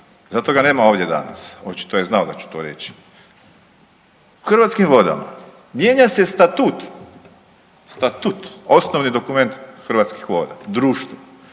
zato ga nema ovdje danas, očito je znao da ću to reći. U Hrvatskim vodama mijenja se Statut, Statut osnovni dokument Hrvatskih voda, društva